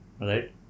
Right